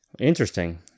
interesting